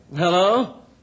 Hello